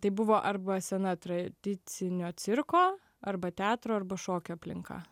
tai buvo arba sena tradicinio cirko arba teatro arba šokio aplinka